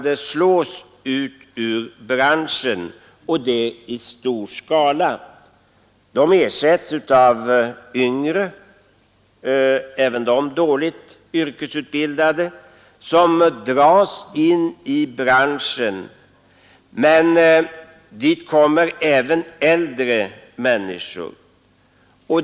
De yrkesutbildade, som för närvarande i stor skala ersätts av yngre — även de dåligt yrkesutbildade — som dras in i branschen, men även av äldre människor.